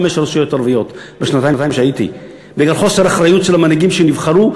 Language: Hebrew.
רשויות מקומיות בשנתיים שהייתי בגלל חוסר אחריות של המנהיגים שנבחרו,